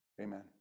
Amen